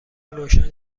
روشن